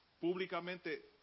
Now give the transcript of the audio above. públicamente